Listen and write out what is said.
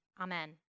Amen